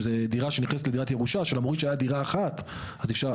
אם זו דירת ירושה, שלמרות שהייתה דירה אחת, אפשר.